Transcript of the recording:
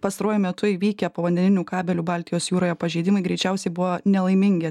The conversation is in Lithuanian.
pastaruoju metu įvykę povandeninių kabelių baltijos jūroje pažeidimai greičiausiai buvo nelaimingi